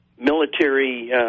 military